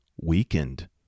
weakened